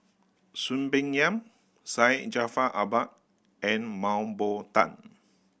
Soon Peng Yam Syed Jaafar Albar and Mah Bow Tan